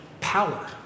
power